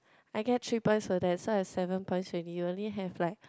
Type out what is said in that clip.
I get three points for that so I seven points already you only have like